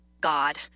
god